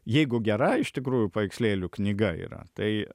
jeigu gera iš tikrųjų paveikslėlių knyga yra tai